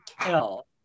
kill